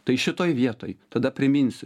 tai šitoje vietoj tada primins